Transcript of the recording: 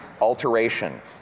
alteration